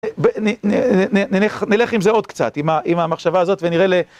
נלך עם זה עוד קצת, עם המחשבה הזאת, ונראה ל...